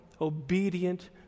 obedient